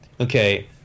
Okay